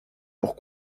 pour